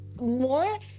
more